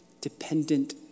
dependent